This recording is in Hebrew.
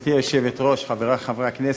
גברתי היושבת-ראש, חברי חברי הכנסת,